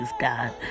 God